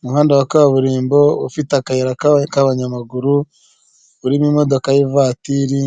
Umuhanda wa kaburimbo ufite akayira k'abanyamaguru, urimo imodoka y'ivatiri